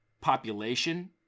population